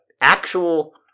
actual